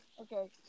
Okay